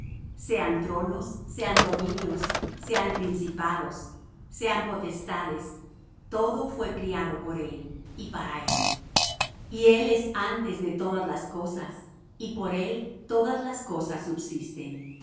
sean tronos sean dominios sean principados sean potestades todo fué criado por él y para él y él es antes de todas las cosas y por él todas las cosas subsisten